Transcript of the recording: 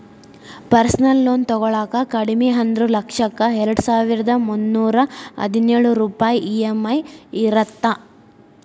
personal loan ತೊಗೊಳಾಕ ಕಡಿಮಿ ಅಂದ್ರು ಲಕ್ಷಕ್ಕ ಎರಡಸಾವಿರ್ದಾ ಮುನ್ನೂರಾ ಹದಿನೊಳ ರೂಪಾಯ್ ಇ.ಎಂ.ಐ ಇರತ್ತ